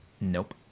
Nope